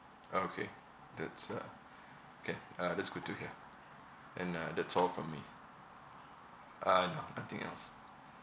orh okay that's uh okay uh that's good to hear and uh that's all from me uh no nothing else